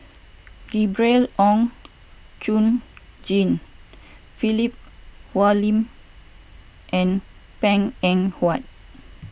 Gabriel Oon Chong Jin Philip Hoalim and Png Eng Huat